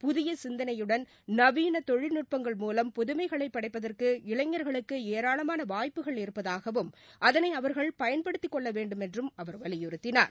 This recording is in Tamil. புதிய சிந்தனையுடன் நவீன தொழில்நுட்பங்கள் மூலம் புதுமைகளை படைப்பதற்கு இளைஞா்களுக்கு ஏராளமான வாய்ப்புகள் இருப்பதாகவும் அதனை அவர்கள் பயன்படுத்திக் கொள்ள வேண்டுமென்றும் அவர் வலியுறுத்தினார்